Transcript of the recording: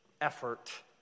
effort